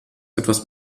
etwas